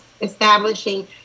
establishing